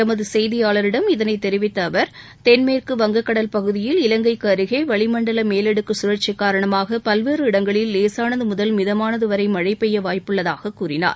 எமது செய்தியாளரிடம் இதனைத் தெரிவித்த அவர் தற்போது தென்மேற்கு வங்கக்கடல் பகுதியில் இவங்கைக்கு அருகே வளிமண்டல மேலடுக்கு கழற்சி காரணமாக பல்வேறு இடங்களில் லேசானது முதல் மிதமான மழை பெய்ய வாய்ப்புள்ளதாக கூறினார்